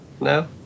no